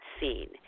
scene